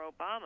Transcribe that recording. obama